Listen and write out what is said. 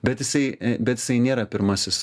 bet jisai bet jiai nėra pirmasis